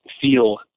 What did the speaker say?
feel